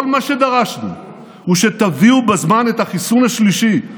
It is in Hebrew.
כל מה שדרשנו הוא שתביאו בזמן את החיסון השלישי,